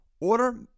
Order